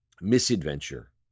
misadventure